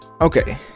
okay